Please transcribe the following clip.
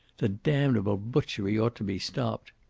the damnable butchery ought to be stopped.